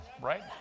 right